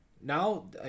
now